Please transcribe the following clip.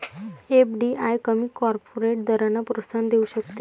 FDI कमी corporate दरांना प्रोत्साहन देऊ शकते